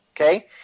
Okay